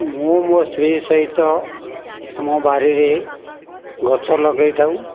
ମୁଁ ମୋ ସ୍ତ୍ରୀ ସହିତ ଆମ ବାରିରେ ଗଛ ଲଗାଇଥାଉ